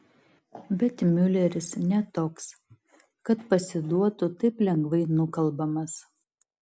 bet miuleris ne toks kad pasiduotų taip lengvai nukalbamas